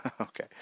Okay